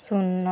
ଶୂନ